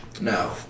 No